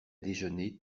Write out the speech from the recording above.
déjeuner